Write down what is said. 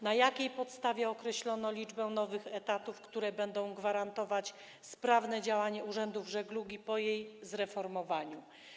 Na jakiej podstawie określono liczbę nowych etatów, które będą gwarantować sprawne działanie urzędów żeglugi po jej zreformowaniu?